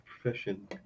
profession